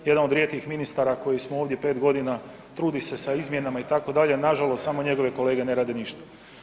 Jedan od rijetkih ministara koji smo ovdje 5 godina, trudi se s izmjenama itd., nažalost samo njegove kolege ne rade ništa.